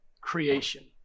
creation